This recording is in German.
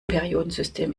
periodensystem